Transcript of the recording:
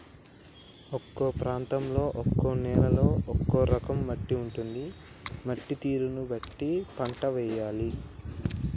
ఒక్కో ప్రాంతంలో ఒక్కో నేలలో ఒక్కో రకం మట్టి ఉంటది, మట్టి తీరును బట్టి పంట వేయాలే